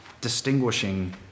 distinguishing